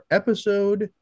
episode